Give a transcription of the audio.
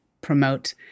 promote